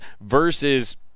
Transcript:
versus –